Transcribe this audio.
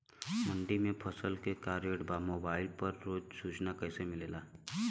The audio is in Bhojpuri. मंडी में फसल के का रेट बा मोबाइल पर रोज सूचना कैसे मिलेला?